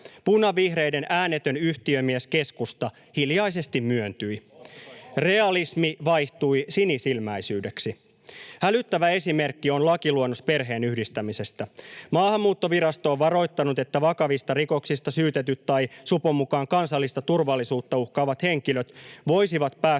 Punavihreiden äänetön yhtiömies keskusta hiljaisesti myöntyi. Realismi vaihtui sinisilmäisyydeksi. Hälyttävä esimerkki on lakiluonnos perheenyhdistämisestä. Maahanmuuttovirasto on varoittanut, että vakavista rikoksista syytetyt tai supon mukaan kansallista turvallisuutta uhkaavat henkilöt voisivat päästä